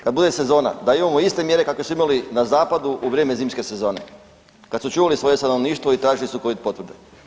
Kad bude sezona, da imamo iste mjere kakve su imali na zapadu u vrijeme zimske sezone kad su čuvali svoje stanovništvo i tražili su Covid potvrde.